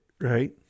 right